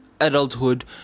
adulthood